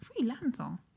Freelancer